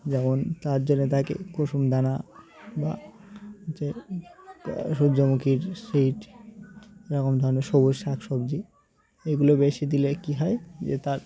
যেমন তার জন্যে তাকে কুসুম দানা বা হচ্ছে সূর্যমুখীর সিড এরকম ধরনের সবুজ শাক সবজি এগুলো বেশি দিলে কী হয় যে তার